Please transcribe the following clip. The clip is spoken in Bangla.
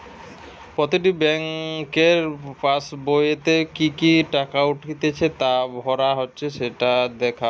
প্রতিটি বেংকের পাসবোইতে কি কি টাকা উঠতিছে বা ভরা হচ্ছে সেটো লেখা থাকে